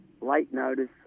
late-notice